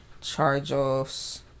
charge-offs